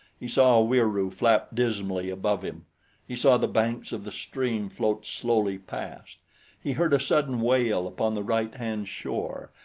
he saw a wieroo flap dismally above him he saw the banks of the stream float slowly past he heard a sudden wail upon the right-hand shore,